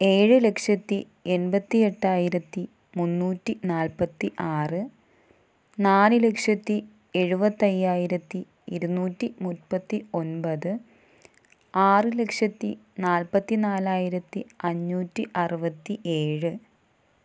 ഏഴ് ലക്ഷത്തി എൺപത്തി എട്ടായിരത്തി മുന്നൂറ്റി നാൽപ്പത്തി ആറ് നാല് ലക്ഷത്തി എഴുപത്തി അയ്യായിരത്തി ഇരുന്നൂറ്റി മുപ്പത്തി ഒൻപത് ആറ് ലക്ഷത്തി നാല്പത്തിനാലായിരത്തി അഞ്ഞൂറ്റി അറുപത്തി ഏഴ്